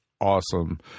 awesome